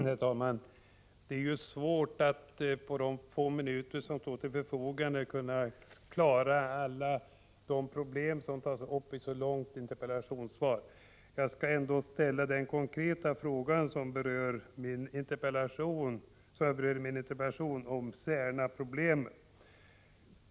Herr talman! Det är svårt att på de få minuter som står till förfogande hinna beröra alla problem som tas upp i ett så långt interpellationssvar. Jag skall emellertid ställa en konkret fråga om Särnaproblemet, som jag berör i min interpellation.